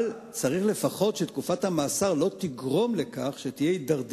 אבל צריך לפחות שתקופת המאסר לא תגרום להידרדרות